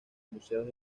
museos